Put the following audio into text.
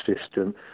system